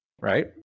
right